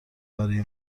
برای